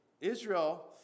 Israel